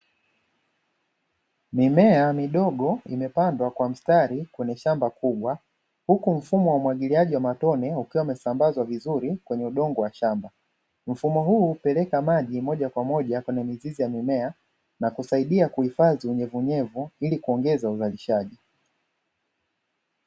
Mimea midogo imepandwa kwa mstari kwenye shamba kubwa, huku mfumo wa umwagiliaji wa matone ukiwa umesambazwa vizuri kwenye udongo wa shamba. Mfumo huu hupeleka maji moja kwa moja kwenye mizizi ya mimea na kusaidia kuhifadhi unyevunyevu ili kuongeza uzalishaji.